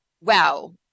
wow